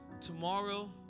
Tomorrow